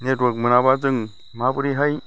network मोनाबा जों माबोरैहाय